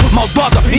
Maldosa